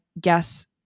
guess